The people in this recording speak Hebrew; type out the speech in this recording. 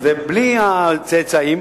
בלי הצאצאים.